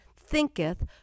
thinketh